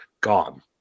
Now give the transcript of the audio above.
gone